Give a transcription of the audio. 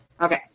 okay